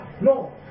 No